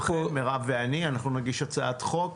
מירב ואני, אנחנו נגיד הצעת חוק